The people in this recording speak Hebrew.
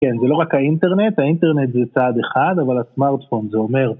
כן, זה לא רק האינטרנט, האינטרנט זה צעד אחד, אבל הסמארטפון זה אומר...